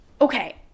okay